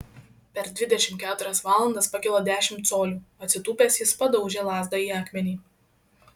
per dvidešimt keturias valandas pakilo dešimt colių atsitūpęs jis padaužė lazdą į akmenį